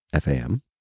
FAM